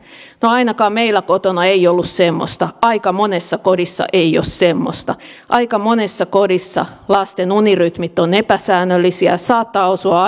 ole ainakaan meillä kotona ei ollut semmoista aika monessa kodissa ei ole semmoista aika monessa kodissa lasten unirytmit ovat epäsäännöllisiä saattavat osua